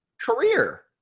Career